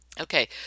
Okay